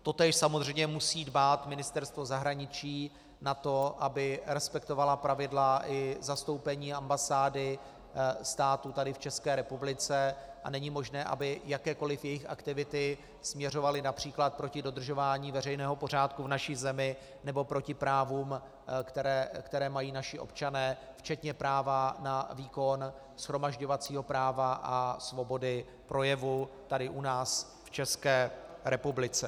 Totéž samozřejmě musí dbát Ministerstvo zahraničí na to, aby respektovala pravidla i zastoupení, ambasády států tady v České republice, a není možné, aby jakékoli jejich aktivity směřovaly např. proti dodržování veřejného pořádku v naší zemi nebo proti právům, která mají naši občané, včetně práva na výkon shromažďovacího práva a svobody projevu tady u nás v České republice.